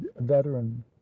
veteran